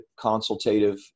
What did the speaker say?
consultative